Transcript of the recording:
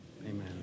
Amen